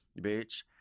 bitch